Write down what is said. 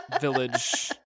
village